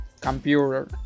Computer